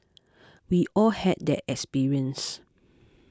we all had that experience